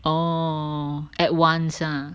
orh at once ah